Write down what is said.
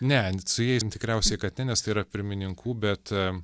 ne su jais tikriausiai kad ne nes tai yra pirmininkų bet